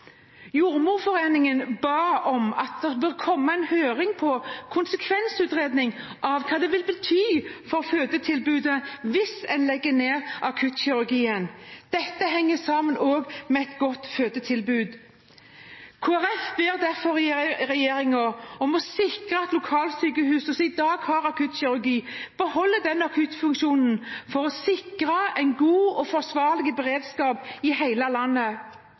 Jordmorforeningen ba om at det kommer en høring, en konsekvensutredning av hva det vil bety for fødetilbudet hvis en legger ned akuttkirurgien. Dette henger også sammen med et godt fødetilbud. Kristelig Folkeparti ber derfor regjeringen om å sikre at lokalsykehuset som i dag har akuttkirurgi, beholder den akuttfunksjonen for å sikre en god og forsvarlig beredskap i hele landet.